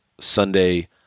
Sunday